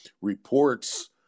reports